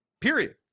Period